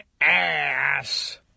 ass